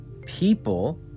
people